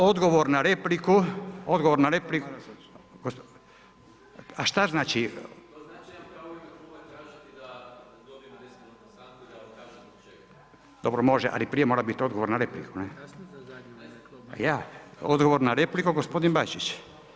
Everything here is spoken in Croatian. Odgovor na repliku, odgovor na repliku. … [[Upadica se ne čuje.]] Dobro, može, ali prije mora biti odgovor na repliku. … [[Upadica se ne čuje.]] Odgovor na repliku gospodin Bačić.